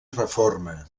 reforma